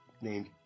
named